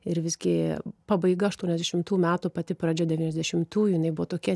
ir visgi pabaiga aštuoniasdešimtų metų pati pradžia devyniasdešimtųjų jinai buvo tokia